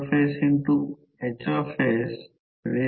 5 2 total 1 आहे येथे 0